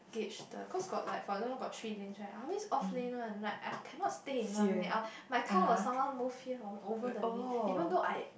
gauge the cause got like for example got three lanes right I always off lane one like I cannot stay in one lane I my car will somehow move here from over the lane even though I